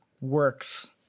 works